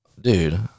Dude